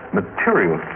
material